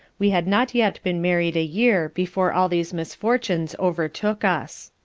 we had not yet been married a year before all these misfortunes overtook us.